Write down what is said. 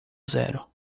zero